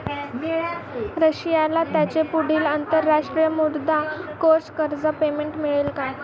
रशियाला त्याचे पुढील अंतरराष्ट्रीय मुद्रा कोष कर्ज पेमेंट मिळेल